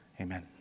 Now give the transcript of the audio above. Amen